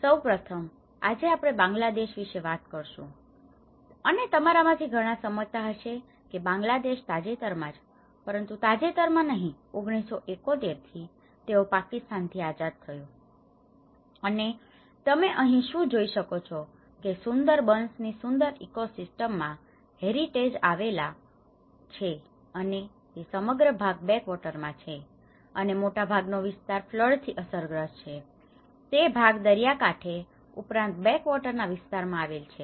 સૌ પ્રથમ આજે આપણે બાંગ્લાદેશ વિશે વાત કરીશુ અને તમારા માંથી ઘણા સમજતા હશે કે બાંગ્લાદેશ તાજેતરમાંજ તાજેતરમાં નહિ પરંતુ 1971 થી તેઓ પાકિસ્તાન થી આઝાદ થયું અને તમે અહીં શું જોઈ શકો છો કે સુંદરબન્સ ની સુંદર ઈકોસીસ્ટમ માં હેરિટેજ આવેલા છે અને તે સમગ્ર ભાગ બેકવોટર માં છે અને મોટા ભાગ નો વિસ્તાર ફ્લડ થી અસરગ્રસ્ત છે અને તે ભાગ દરિયાકાંઠે ઉપરાંત બેકવોટર ના વિસ્તાર માં આવેલ છે